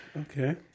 Okay